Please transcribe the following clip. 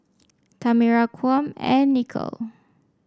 Tamera Kwame and Nichole